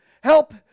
help